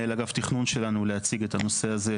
מנהל אגף תכנון שלנו להציג את הנושא הזה,